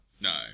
no